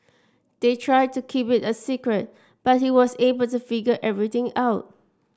they tried to keep it a secret but he was able to figure everything out